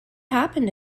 happened